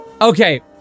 Okay